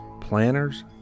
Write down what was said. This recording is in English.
planners